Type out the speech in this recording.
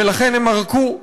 ולכן הם ערקו.